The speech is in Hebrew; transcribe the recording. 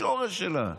בשורש שלה.